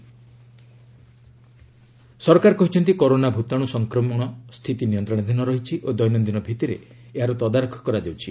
ଗଭ୍ corona virus ସରକାର କହିଛନ୍ତି corona ଭୂତାଣୁ ସଂକ୍ରମଣ ସ୍ଥିତି ନିୟନ୍ତ୍ରଣାଧୀନ ରହିଛି ଓ ଦୈନନ୍ଦିନ ଭିତ୍ତିରେ ଏହାର ତଦାରଖ କରାଯାଉଛି